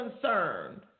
concerned